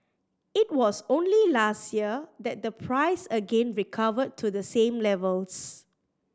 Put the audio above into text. it was only last year that the price again recovered to the same levels